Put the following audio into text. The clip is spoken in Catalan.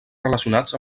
relacionats